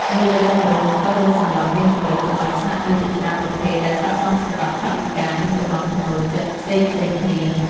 នៅលើកោះរ៉ុង និងកោះរ៉ុងសន្លឹម មានជម្រើសកន្លែងស្នាក់នៅជាច្រើនប្រភេទដែលស័ក្តិសមសម្រាប់ថវិកា និងចំណង់ចំណូលចិត្តផ្សេងៗគ្នា។